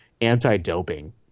anti-doping